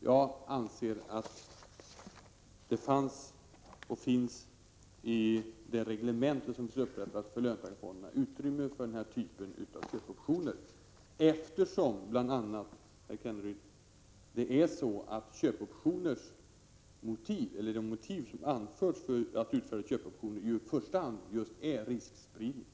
Jag anser att det i det reglemente som upprättats för löntagarfonderna finns utrymme för denna typ av köpoptioner, bl.a. därför att, Rolf Kenneryd, de motiv som anförts för att utfärda köpoptioner i första hand är just riskspridning.